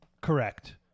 Correct